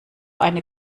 eine